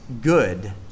good